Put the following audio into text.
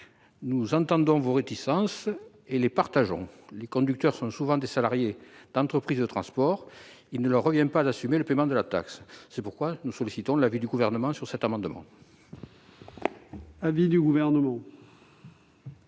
nous entendons vos réticences et les partageons : les conducteurs sont souvent des salariés d'entreprises de transport. Il ne leur revient pas d'assumer le paiement de la taxe. C'est pourquoi, sur cet amendement,